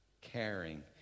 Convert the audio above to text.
caring